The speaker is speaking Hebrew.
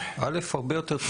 א', הרבה יותר.